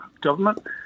government